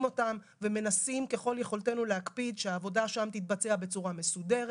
אותם ומנסים ככל יכולתנו להקפיד שהעבודה שם תתבצע בצורה מסודרת.